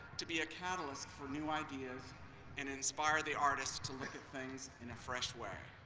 to be a catalyst for new ideas and inspire the artists to look at things in fresh way.